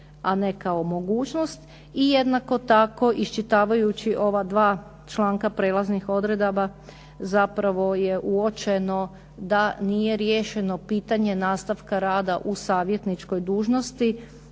a ne kao mogućnost. I jednako tako iščitavajući ova dva članka prelaznih odredaba zapravo je uočeno da nije riješeno pitanje nastavka rada u savjetničkoj dužnosti